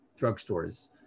drugstores